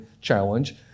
challenge